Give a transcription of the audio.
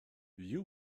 you